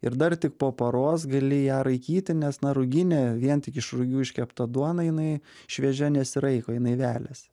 ir dar tik po paros gali ją raikyti nes na ruginė vien tik iš rugių iškepta duona jinai šviežia nesiraiko jinai veliasi